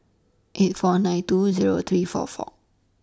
eight four nine two Zero three four four